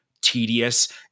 tedious